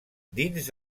dins